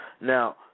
Now